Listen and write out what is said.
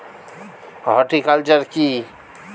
Horticulture কি?